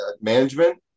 management